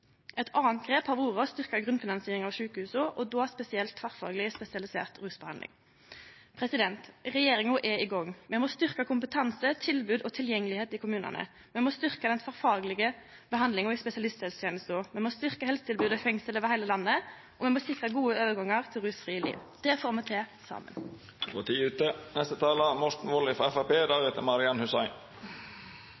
Eit anna grep har vore å styrkje grunnfinansieringa av sjukehusa, og då spesielt tverrfagleg spesialisert rusbehandling. Regjeringa er i gong. Me må styrkje kompetanse, tilbod og tilgjengelegheit i kommunane. Me må styrkje den tverrfaglege behandlinga i spesialisthelsetenesta. Me må styrkje helsetilbodet i fengsel over heile landet, og me må sikre gode overgangar til rusfrie liv. Det får me til saman.